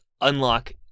unlock